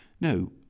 No